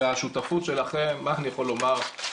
השותפות שלכם, מה אני יכול לומר,